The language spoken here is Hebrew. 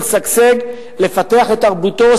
לשגשג ולפתח את תרבותו,